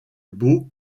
beau